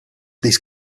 this